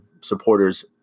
supporters